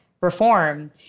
reform